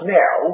now